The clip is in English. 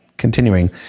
Continuing